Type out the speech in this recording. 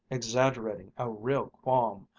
exaggerating a real qualm,